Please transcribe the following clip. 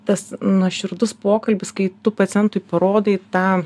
tas nuoširdus pokalbis kai tu pacientui parodai tą